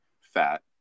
fat